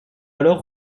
alors